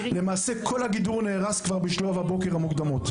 למעשה כל הגידור נהרס כבר בשעות הבוקר המוקדמות.